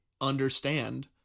understand